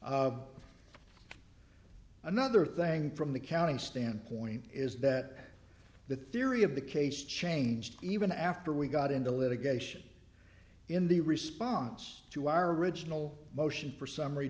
of another thing from the counting standpoint is that the theory of the case changed even after we got into litigation in the response to our original motion for summary